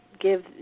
give